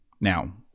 Now